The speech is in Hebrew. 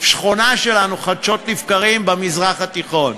בשכונה שלנו, חדשת לבקרים, במזרח התיכון,